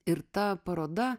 ir ta paroda